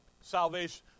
salvation